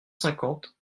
cinquante